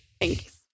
thanks